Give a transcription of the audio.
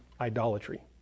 idolatry